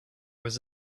was